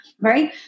Right